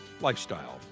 lifestyle